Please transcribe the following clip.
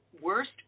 worst